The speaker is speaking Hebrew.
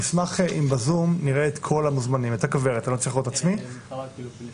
נתחיל ראשית עם